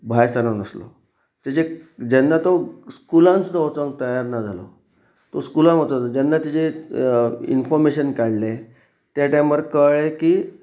भायर सरनासलो तेजे जेन्ना तो स्कुलान सुद्दा वचोंक तयार ना जालो तो स्कुलान वच जेन्ना तेजें इनफोर्मेशन काडलें त्या टायमार कळ्ळें की